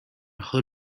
her